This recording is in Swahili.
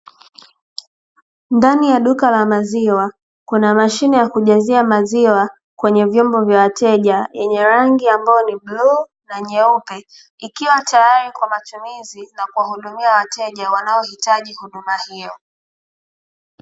Ndani ya duka la maziwa, kuna mashine ya kujazia maziwa kwenye vyombo vya wateja yenye rangi ambayo ni bluu na nyeupe, ikiwa tayari kwa matumizi na kuwahudumia wateja wanaohitaji huduma hiyo.